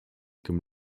comme